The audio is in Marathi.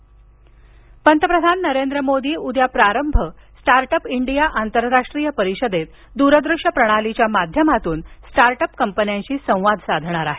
मोदी प्रारंभ पंतप्रधान नरेंद्र मोदी उद्या प्रारंभ स्टार्ट अप इंडिया आंतरराष्ट्रीय परिषदेत द्रदृश्य प्रणालीच्या माध्यमातून स्टार्ट अप कंपन्यांशी संवाद साधणार आहेत